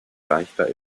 leichter